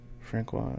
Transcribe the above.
Francois